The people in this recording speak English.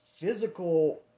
Physical